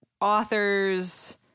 authors